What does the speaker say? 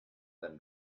than